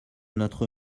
notre